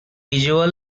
usual